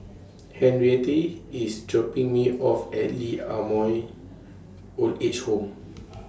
Henriette IS dropping Me off At Lee Ah Mooi Old Age Home